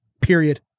period